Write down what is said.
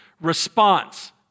response